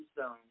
zone